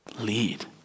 Lead